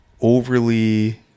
overly